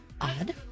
odd